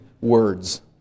words